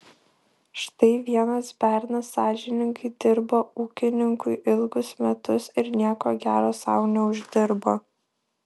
štai vienas bernas sąžiningai dirbo ūkininkui ilgus metus ir nieko gero sau neuždirbo